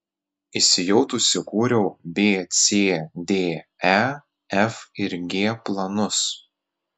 įsijautusi kūriau b c d e f ir g planus